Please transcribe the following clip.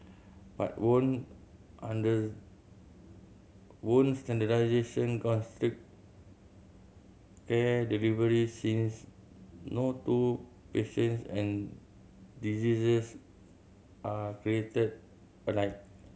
but won't under won't standardisation constrict care delivery since no two patients and diseases are created alike